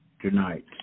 tonight